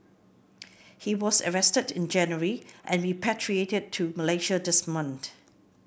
he was arrested in January and repatriated to Malaysia this month